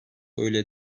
öyle